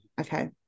Okay